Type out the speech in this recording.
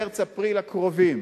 במרס-אפריל הקרובים